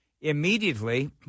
immediately